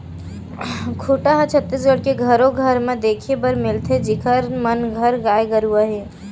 खूटा ह छत्तीसगढ़ के घरो घर म देखे बर मिलथे जिखर मन घर गाय गरुवा हे